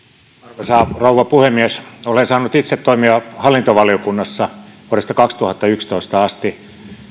arvoisa rouva puhemies olen saanut itse toimia hallintovaliokunnassa vuodesta kaksituhattayksitoista asti